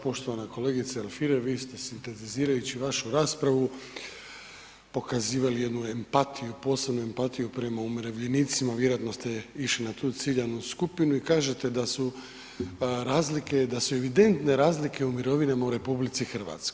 Poštovana kolegice Alfirev vi ste ... vašu raspravu pokazali jednu empatiju, posebnu empatiju prema umirovljenicima, vjerojatno ste išli na tu ciljanu skupinu i kažete da su razlike, da su evidentne razlike u mirovinama u RH.